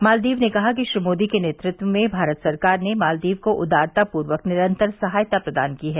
मालदीव ने कहा कि श्री मोदी के नेतृत्व में भारत सरकार ने मालदीव को उदारता पूर्वक निरंतर सहायता प्रदान की है